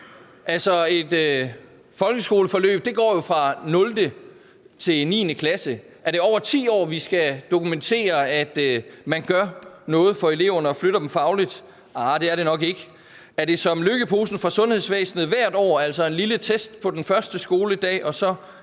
være. Et folkeskoleforløb går jo fra 0. til 9. klasse. Er det over 10 år, vi skal dokumentere, at man gør noget for eleverne og flytter dem fagligt? Nej, det er det nok ikke. Er det som Løkkeposen til sundhedsvæsenet hvert år, altså en lille test på den første skoledag og så